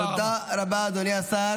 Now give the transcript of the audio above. תודה רבה, אדוני השר.